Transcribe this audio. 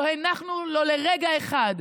לא הנחנו לו לרגע אחד.